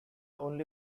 only